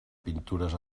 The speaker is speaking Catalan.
pintures